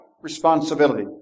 responsibility